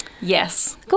Yes